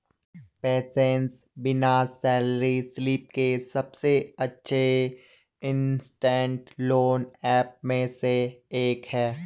PaySense बिना salary slip के सबसे अच्छे इंस्टेंट लोन ऐप में से एक है